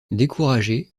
découragé